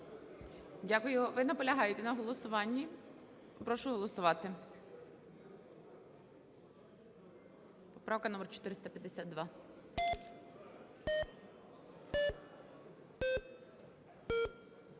Дякую. Ви наполягаєте на голосуванні? Прошу голосувати. Поправка номер 452.